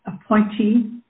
appointee